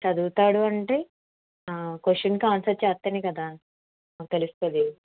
చదువుతాడు అంటే క్వశ్చన్కి ఆన్సర్ చేస్తేనే కదా మాకు తెలుస్తుంది